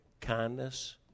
kindness